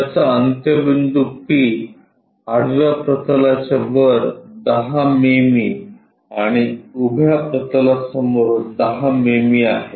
त्याचा अंत्यबिंदू P आडव्या प्रतलाच्या वर 10 मिमी आणि उभ्या प्रतलासमोर 10 मिमी आहे